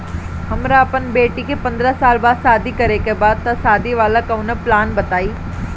हमरा अपना बेटी के पंद्रह साल बाद शादी करे के बा त शादी वाला कऊनो प्लान बताई?